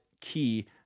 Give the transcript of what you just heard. key